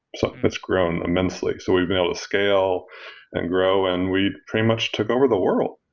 sort of it's grown immensely. so we've been able to scale and grow and we pretty much took over the world.